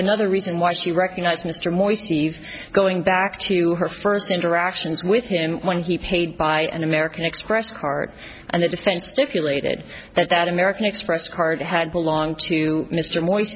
another reason why she recognized mr moore steve going back to her first interactions with him when he paid by an american express card and it is thanks stipulated that that american express card had belonged to mr mois